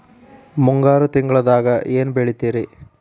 ಮುಂಗಾರು ತಿಂಗಳದಾಗ ಏನ್ ಬೆಳಿತಿರಿ?